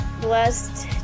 blessed